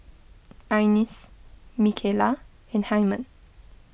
Ines Micaela and Hyman